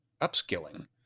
upskilling